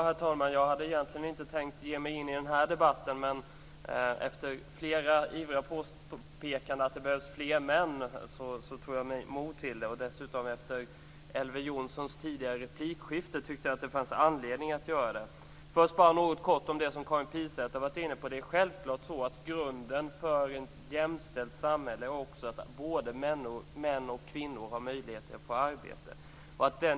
Herr talman! Jag hade egentligen inte tänkt att ge mig in i denna debatt, men efter flera ivriga påpekanden att det behövs fler män tog jag mig mod till det. Efter Elver Jonssons tidigare replikskifte tyckte jag att det fanns anledning att delta. Först vill jag kort säga något om det Karin Pilsäter har varit inne på. Det är självklart att grunden för ett jämställt samhälle är att både kvinnor och män har möjlighet att få arbete.